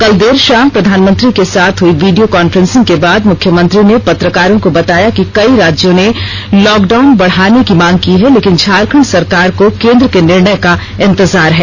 कल देर शाम प्रधानमंत्री के साथ हुई वीडियो कॉन्फ्रंसिंग के बाद मुख्यमंत्री ने पत्रकारों को बताया कि कई राज्यों ने लॉकडाउन बढ़ाने की मांग की है लेकिन झारखंड सरकार को केन्द्र के निर्णय का इंतजार है